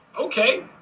Okay